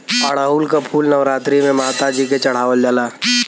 अढ़ऊल क फूल नवरात्री में माता जी के चढ़ावल जाला